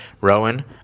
Rowan